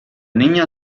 niña